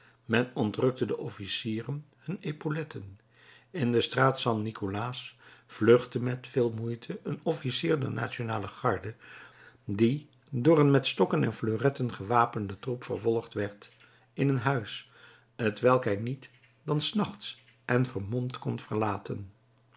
men ontrukte den officieren hun epauletten in de straat st nikolaas vluchtte met veel moeite een officier der nationale garde die door een met stokken en fleuretten gewapenden troep vervolgd werd in een huis t welk hij niet dan s nachts en vermomd kon verlaten